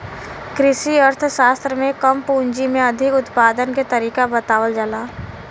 कृषि अर्थशास्त्र में कम पूंजी में अधिक उत्पादन के तरीका बतावल जाला